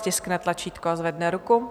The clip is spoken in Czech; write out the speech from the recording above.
Ať stiskne tlačítko a zvedne ruku.